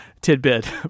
tidbit